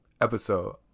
episode